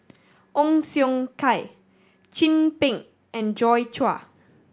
Ong Siong Kai Chin Peng and Joi Chua